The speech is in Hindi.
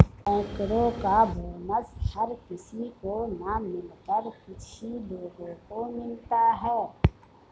बैंकरो का बोनस हर किसी को न मिलकर कुछ ही लोगो को मिलता है